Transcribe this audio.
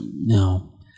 No